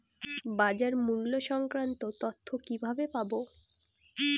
বাজার মূল্য সংক্রান্ত তথ্য কিভাবে পাবো?